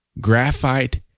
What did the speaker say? graphite